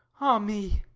ah me,